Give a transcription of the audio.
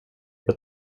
jag